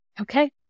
Okay